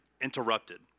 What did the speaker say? Interrupted